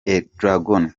erdogan